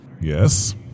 yes